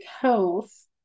health